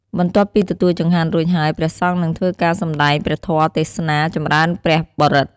បន្ទាប់ពីទទួលចង្ហាន់រួចហើយព្រះសង្ឃនិងធ្វើការសម្តែងព្រះធម៍ទេសនា ចំរើនព្រះបរិត្ត។